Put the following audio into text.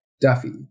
Duffy